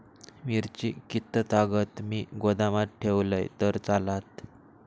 मिरची कीततागत मी गोदामात ठेवलंय तर चालात?